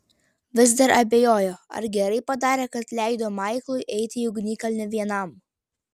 vis dar abejojo ar gerai padarė kad leido maiklui eiti į ugnikalnį vienam